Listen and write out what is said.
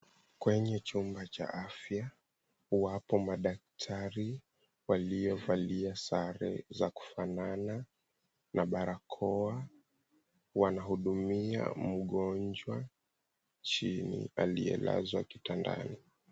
Kwenye chumba cha afya, wapo madaktari waliovalia sare za kufanana na barakoa, wanahudumia mgonjwa chini aliyelazwa kitandani.